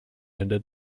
ended